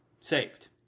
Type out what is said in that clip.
saved